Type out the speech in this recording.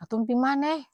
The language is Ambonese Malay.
katong pi mana e?.